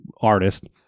artist